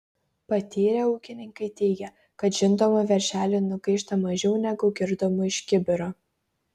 patyrę ūkininkai teigia kad žindomų veršelių nugaišta mažiau negu girdomų iš kibiro